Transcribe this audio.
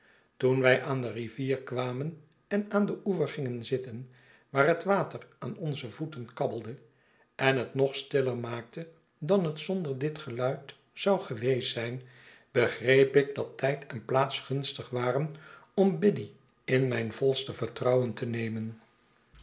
toen wij aan de rivier kwamen en aan den oever gingen zitten waar het water aan onze voeten kabbelde en het nog stiller maakte dan het zonder dit geluid zon geweest zijn begreep ik dat tijd en plaats gunstig waren om biddy in mijn volste vertrouwen te nemen